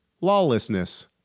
lawlessness